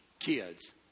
kids